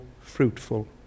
fruitful